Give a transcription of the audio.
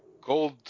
gold